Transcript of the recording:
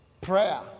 prayer